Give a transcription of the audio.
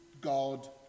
God